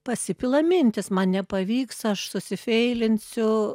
pasipila mintys man nepavyks aš susifeilinsiu